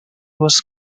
was